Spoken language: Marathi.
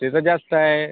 त्याचं जास्त आहे